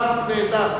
משהו נהדר.